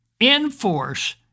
enforce